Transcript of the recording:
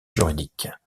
juridique